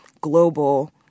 global